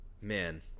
Man